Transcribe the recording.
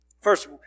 first